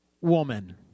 woman